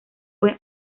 fue